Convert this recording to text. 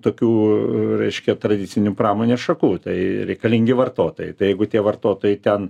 tokių reiškia tradicinių pramonės šakų tai reikalingi vartotojai tai jeigu tie vartotojai ten